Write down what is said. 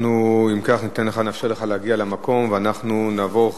אם כך, נאפשר לך להגיע למקום ואנחנו נעבור,